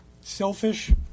selfish